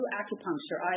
acupuncture